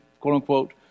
quote-unquote